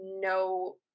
no